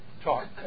talk